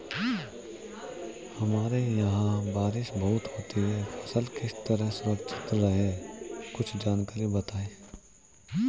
हमारे यहाँ बारिश बहुत होती है फसल किस तरह सुरक्षित रहे कुछ जानकारी बताएं?